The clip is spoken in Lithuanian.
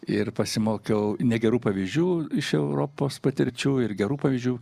ir pasimokiau negerų pavyzdžių iš europos patirčių ir gerų pavyzdžių